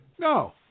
No